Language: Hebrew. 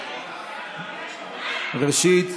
ראשית,